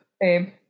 babe